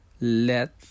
let